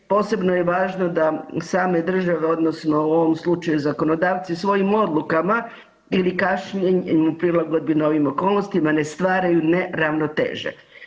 Posebno je važno da same države, odnosno u ovom slučaju zakonodavci svojim odlukama ili kašnjenjem, prilagodbi novim okolnostima ne stvaraju neravnoteže.